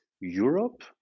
Europe